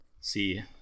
see